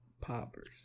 poppers